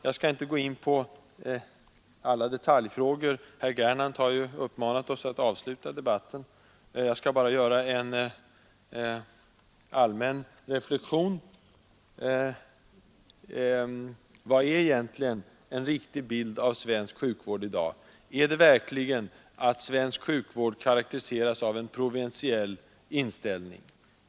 Jag skall inte gå in på alla detaljfrågor — herr Gernandt har ju uppmanat oss att avsluta debatten — utan bara göra en allmän reflexion. Vad är egentligen en riktig bild av svensk sjukvård av i dag? Är det verkligen att svensk sjukvård karakteriseras av en provinsiell inställning?